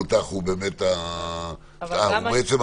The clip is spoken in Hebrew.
אבל אני לא יודע אם המבוטח הוא באמת -- הוא המבוטח,